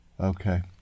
Okay